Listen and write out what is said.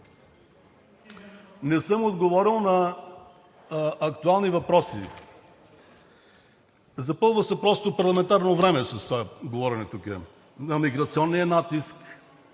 Не съм отговорил на актуални въпроси. Запълва се просто парламентарно време с говорене тук – за миграционния натиск,